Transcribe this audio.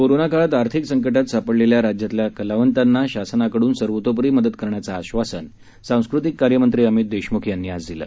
corona काळात आर्थिक संकटात सापडलेल्या राज्यातल्या कलावंतांना शासनाकडून सर्वतोपरी मदत करण्याचं आश्वासन सांस्कृतिक कार्य मंत्री अमित देशमुख यांनी आज दिलं